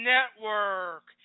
Network